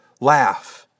laugh